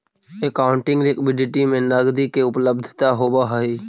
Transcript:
accounting liquidity में नकदी के उपलब्धता होवऽ हई